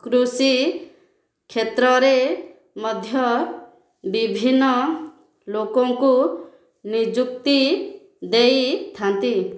କୃଷିକ୍ଷେତ୍ରରେ ମଧ୍ୟ ବିଭିନ୍ନ ଲୋକଙ୍କୁ ନିଯୁକ୍ତି ଦେଇଥାନ୍ତି